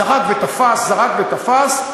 זרק ותפס, זרק ותפס.